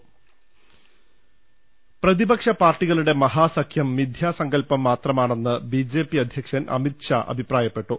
ശേരുക്കുക്കുക്കു പ്രതിപക്ഷ പാർട്ടികളുടെ മഹാസഖ്യം മിഥ്യാസങ്കൽപ്പം മാത്ര മാണെന്ന് ബിജെപി അധ്യക്ഷൻ അമിത്ഷാ അഭിപ്രായപ്പെട്ടു